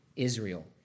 Israel